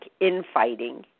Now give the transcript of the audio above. infighting